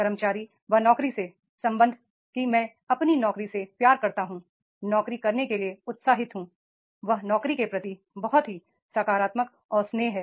कर्मचारी व नौकरी से संबंध कि मैं अपनी नौकरी से प्यार करता हूं नौकरी करने के लिए उत्साहित हूं वह नौकरी के प्रति बहुत ही सकारात्मक और स्नेही है